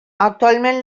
actualment